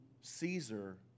Caesar